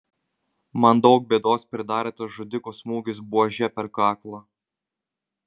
man daug bėdos pridarė tas žudiko smūgis buože per kaklą